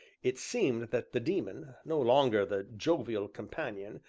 it seemed that the daemon, no longer the jovial companion,